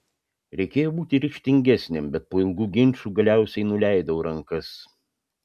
reikėjo būti ryžtingesniam bet po ilgų ginčų galiausiai nuleidau rankas